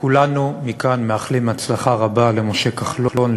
כולנו מאחלים מכאן הצלחה רבה למשה כחלון,